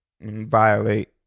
violate